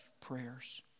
prayers